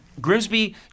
Grimsby